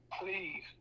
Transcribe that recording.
Please